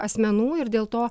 asmenų ir dėl to